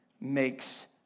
makes